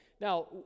Now